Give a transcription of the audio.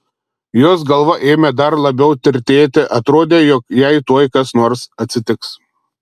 jos galva ėmė dar labiau tirtėti atrodė jog jai tuoj kas nors atsitiks